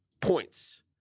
points